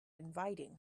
inviting